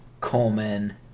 Coleman